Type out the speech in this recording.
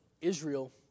Israel